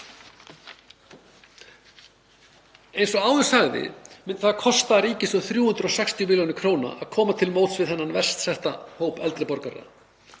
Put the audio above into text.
Eins og áður sagði myndi það kosta ríkissjóð 360 millj. kr. að koma til móts við þennan verst setta hóp eldri borgara.